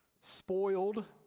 spoiled